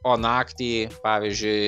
o naktį pavyžiui